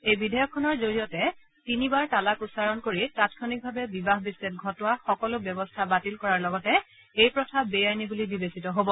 এই বিধেয়কখনৰ জড়িয়তে তিনিবাৰ তালাক উচ্চাৰণ কৰি তাংক্ষণিকভাৱে বিবাহ বিচ্চেদ ঘটোৱা সকলো ব্যৱস্থা বাতিল কৰাৰ লগতে এই প্ৰথা বেআইনী বুলি বিবেচিত হব